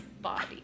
body